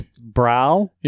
brow